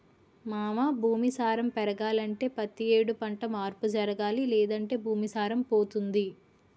మావా భూమి సారం పెరగాలంటే పతి యేడు పంట మార్పు జరగాలి లేదంటే భూమి సారం పోతుంది